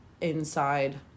inside